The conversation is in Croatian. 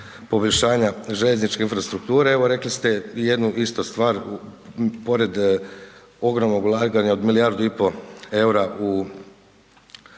poboljšanja željezničke infrastrukture, evo rekli ste jednu isto stvar pored ogromnog ulaganja od milijardu i pol eura u